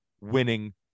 winning